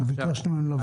ביקשנו מהם לבוא.